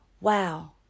wow